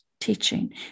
teaching